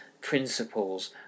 principles